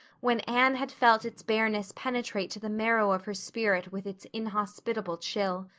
when anne had felt its bareness penetrate to the marrow of her spirit with its inhospitable chill.